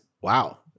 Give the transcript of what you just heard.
wow